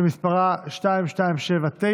שמספרה 2279,